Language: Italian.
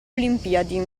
olimpiadi